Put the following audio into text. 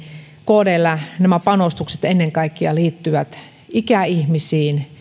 kdllä nämä panostukset liittyvät ennen kaikkea ikäihmisiin